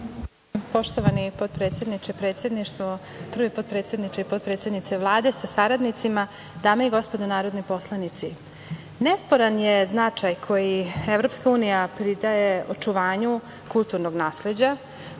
Poštovani potpredsedniče, predsedništvo, prvi potpredsedniče i potpredsednice Vlade sa saradnicima, dame i gospodo narodni poslanici, nesporan je značaj koji EU pridaje očuvanju kulturnog nasleđa,